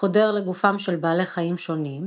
חודר לגופם של בעלי חיים שונים,